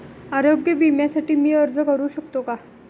आरोग्य विम्यासाठी मी अर्ज करु शकतो का?